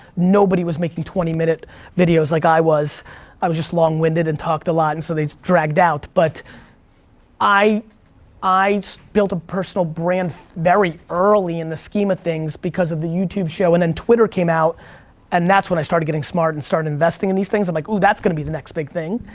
nobody was making twenty minute videos like i was. i was just long winded and talked a lot and so they dragged out, but i i built a personal brand very early on in the scheme of things because of the youtube show, and then twitter came out and that's when i started getting smart and started investing in these things. i'm like oh, that's gonna be the next big thing.